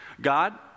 God